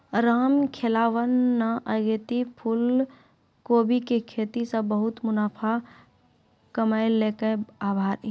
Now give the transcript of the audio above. रामखेलावन न अगेती फूलकोबी के खेती सॅ बहुत मुनाफा कमैलकै आभरी